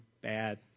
bad